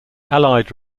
allied